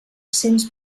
cents